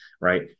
Right